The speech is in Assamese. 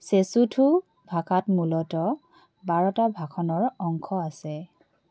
চেচোথো ভাষাত মূলতঃ বাৰটা ভাষণৰ অংশ আছে